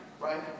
Right